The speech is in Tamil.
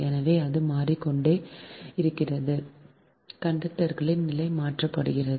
எனவே அது மாறிக்கொண்டே இருக்கிறது கண்டக்டரின் நிலை மாற்றப்படுகிறது